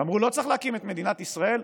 ואמרו: לא צריך להקים את מדינת ישראל,